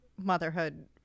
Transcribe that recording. motherhood